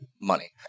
money